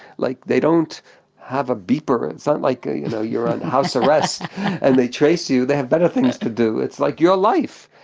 like, they don't have a beeper. it's not like, you know, you're on house arrest and they trace you, they have better things to do. it's like your life!